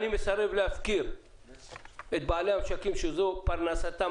אני מסרב להפקיר את בעלי המשקים שזו פרנסתם